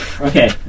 Okay